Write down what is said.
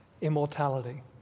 Immortality